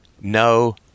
no